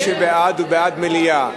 מי שבעד הוא בעד מליאה,